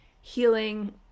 healing